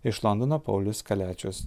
iš londono paulius kaliačius